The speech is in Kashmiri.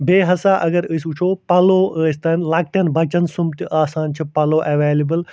بیٚیہِ ہسا اگر أسی وٕچھو پَلو ٲسۍتن لۄکٹٮ۪ن بچن سُنٛمب تہِ آسان چھِ پَلو اٮ۪وٮ۪لیبٕل